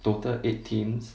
total eight teams